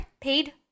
paid